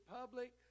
public